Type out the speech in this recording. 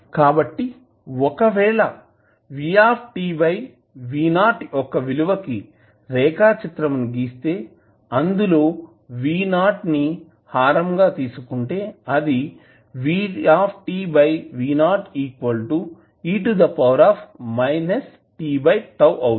కాబట్టి ఒకవేళ మీరు యొక్క విలువకి రేఖాచిత్రం ని గీస్తే అందులో VO ని హారం గా తీసుకుంటే అది అవుతుంది